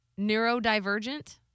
Neurodivergent